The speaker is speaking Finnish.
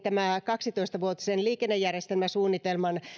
kaksitoista vuotisen liikennejärjestelmäsuunnitelman